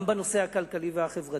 גם בנושא הכלכלי והחברתי,